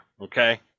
okay